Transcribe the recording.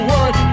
one